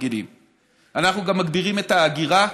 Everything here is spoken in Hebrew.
אנחנו גם מגבירים את האגירה,